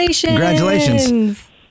Congratulations